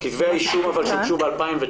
כתבי אישום שהוגשו ב-2019,